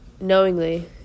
Knowingly